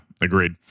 agreed